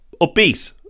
upbeat